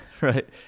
Right